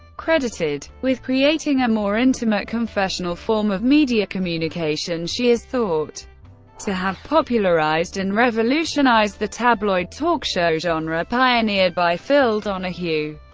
credited with creating a more intimate confessional form of media communication, she is thought to have popularized and revolutionized the tabloid talk show genre pioneered by phil donahue,